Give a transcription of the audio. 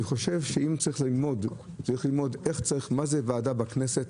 אם צריך ללמוד מה זה ועדה בכנסת,